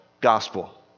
gospel